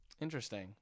Interesting